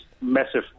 massive